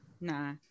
nah